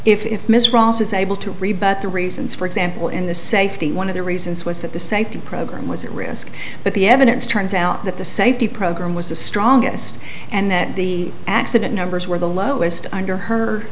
ms ross is able to rebut the reasons for example in the safety one of the reasons was that the safety program was at risk but the evidence turns out that the safety program was the strongest and that the accident numbers were the lowest under her